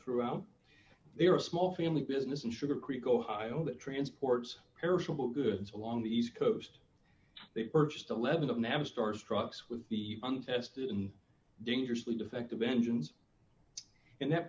throughout their small family business and sugarcreek ohio that transports perishable goods along the east coast they purchased eleven of navistar struck six with the untested and dangerously defective engines and ha